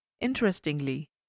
Interestingly